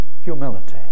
humility